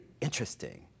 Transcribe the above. interesting